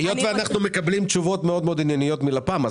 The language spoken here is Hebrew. היות ואנחנו מקבלים תשובות מאוד ענייניות מלפ"ם,